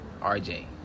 rj